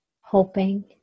hoping